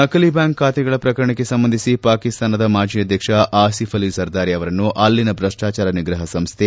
ನಕಲಿ ಬ್ವಾಂಕ್ ಖಾತೆಗಳ ಪ್ರಕರಣಕ್ಕೆ ಸಂಬಂಧಿಸಿ ಪಾಕಿಸ್ತಾನ ಮಾಜಿ ಅಧ್ಯಕ್ಷ ಆಸೀಫ್ ಅಲಿ ಜರ್ದಾರಿ ಅವರನ್ನು ಅಲ್ಲಿನ ಭ್ರಷ್ಟಾಚಾರ ನಿಗ್ರಹ ಸಂಸ್ಥೆ